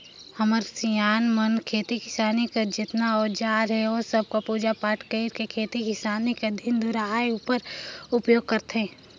हमर सियान मन खेती किसानी कर जेतना अउजार अहे ओ सब कर पूजा पाठ कइर के खेती किसानी कर दिन दुरा आए उपर ओकर उपियोग करथे